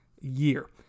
year